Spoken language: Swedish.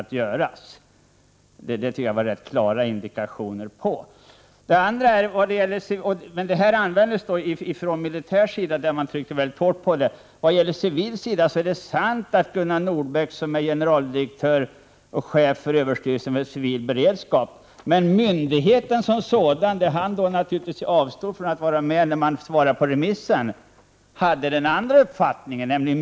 Detta tycker jag att det fanns rätt klara indikationer på. På den militära sidan tryckte man mycket hårt på saken. När det gäller den civila sidan är det sant att Gunnar Nordbeck är generaldirektör och chef för överstyrelsen för civil beredskap, men han avstod naturligtvis från att vara med när remissen skulle besvaras.